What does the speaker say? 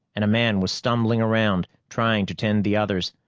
and a man was stumbling around, trying to tend the others,